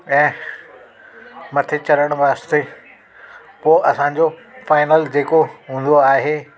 ऐं मथे चढ़ण वास्ते पोइ असांजो फाइनल जेको हूंदो आहे